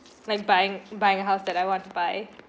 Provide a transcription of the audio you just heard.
like buying buying house that I want to buy